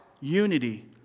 unity